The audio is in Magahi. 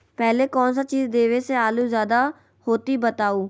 पहले कौन सा चीज देबे से आलू ज्यादा होती बताऊं?